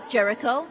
Jericho